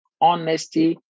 Honesty